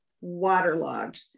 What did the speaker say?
waterlogged